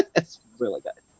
it's really good?